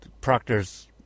Proctor's